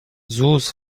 zoos